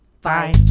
Bye